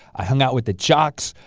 i hung out with the jocks.